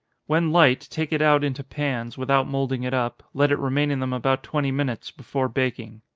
when light, take it out into pans, without moulding it up let it remain in them about twenty minutes, before baking.